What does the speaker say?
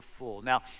Now